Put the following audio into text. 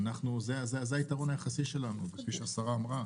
זה היתרון היחסי שלנו, כפי שהשרה אמרה.